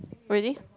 really